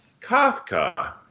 Kafka